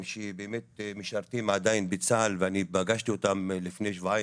שבאמת משרתים עדיין בצה"ל ואני פגשתי אותם לפני שבועיים.